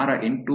ವಾರ 8